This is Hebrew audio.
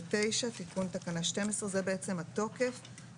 תיקון תקנה 12 בתקנה 12 לתקנות העיקריות,